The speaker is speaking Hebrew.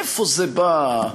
מאיפה זה בא,